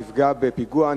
נפגע בפיגוע,